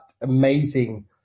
amazing